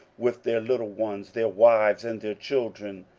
with their little ones, their wives, and their children.